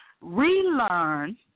relearn